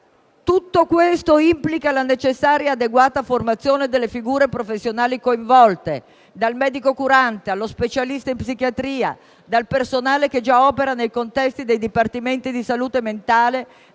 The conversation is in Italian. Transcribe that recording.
Tutto questo implica la necessaria e adeguata formazione delle figure professionali coinvolte, dal medico curante, allo specialista in psichiatria, dal personale che già opera nei contesti dei dipartimenti di salute mentale,